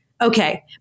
okay